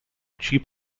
cheap